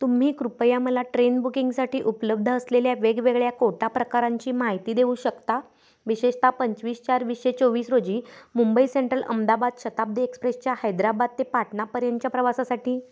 तुम्ही कृपया मला ट्रेन बुकिंगसाठी उपलब्ध असलेल्या वेगवेगळ्या कोटा प्रकारांची माहिती देऊ शकता विशेषत पंचवीस चार वीसशे चोवीस रोजी मुंबई सेंट्रल अहमदाबाद शताब्दी एक्सप्रेसच्या हैद्राबाद ते पाटणापर्यंतच्या प्रवासासाठी